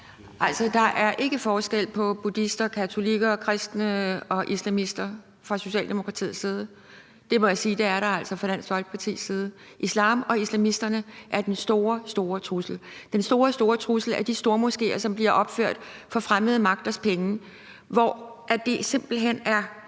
(DF): Der er ikke forskel på buddhister, katolikker, kristne og islamister for Socialdemokratiet? Det må jeg sige at der altså er for Dansk Folkeparti. Islam og islamisterne er den store, store trussel. Den store, store trussel er de stormoskéer, som bliver opført for fremmede magters penge. De her stormoskéer er